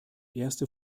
erste